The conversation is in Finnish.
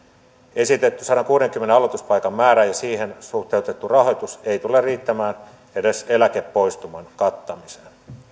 esitetty sadankuudenkymmenen aloituspaikan määrä ja siihen suhteutettu rahoitus ei tule riittämään edes eläkepoistuman kattamiseen